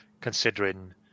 considering